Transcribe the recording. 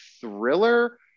thriller